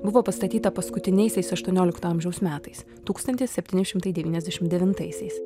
buvo pastatyta paskutiniaisiais aštuoniolikto amžiaus metais tūkstantis septyni šimtai devyniasdešim devintaisiais